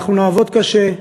אנחנו נעבוד קשה.